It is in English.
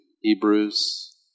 Hebrews